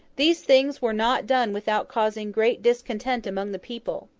these things were not done without causing great discontent among the people.